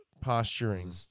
posturing